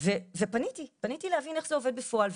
ופניתי להבין איך זה עובד בפועל.